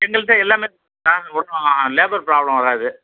எங்கள்ட்ட எல்லாமே இருக்குது சார் ஒன்றும் லேபர் ப்ராப்ளம் வராது